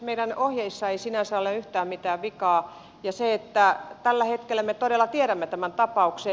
meidän ohjeissa ei sinänsä ole yhtään mitään vikaa ja tällä hetkellä me todella tiedämme tämän tapauksen